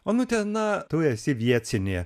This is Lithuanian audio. onute na tu esi vietinė